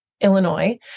Illinois